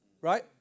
right